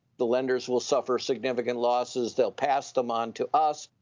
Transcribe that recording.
the lenders will suffer significant losses, they'll pass them on to us.